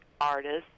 artists